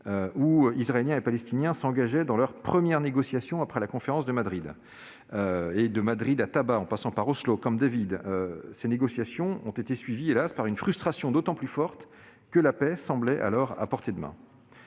Israéliens et Palestiniens s'engageaient dans leurs premières négociations, après la conférence de Madrid. De Madrid à Taba, en passant par Oslo et Camp David, ces négociations ont- hélas ! -fait place à une frustration d'autant plus forte que la paix semblait alors à portée de main.